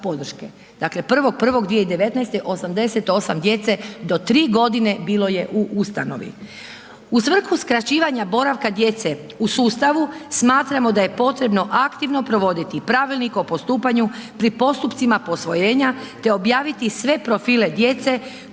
Dakle, 1.1.2019. 88 djece do 3 g. bilo je u ustanovi. U svrhu skraćivanja boravka djece u sustavu, smatramo da je potrebno aktivno provoditi pravilnik o postupanju pri postupcima posvojenja te objaviti sve profile djece, koja imaju